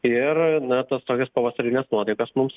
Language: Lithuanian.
ir na tas tokias pavasarines nuotaikas mums